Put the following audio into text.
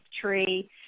tree